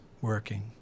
working